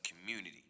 community